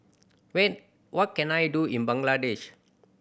when what can I do in Bangladesh